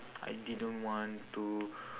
I didn't want to